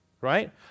right